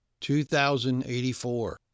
2084